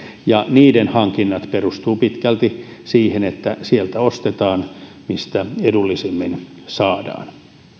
ja niiden hankinnat perustuvat pitkälti siihen että sieltä ostetaan mistä edullisimmin saadaan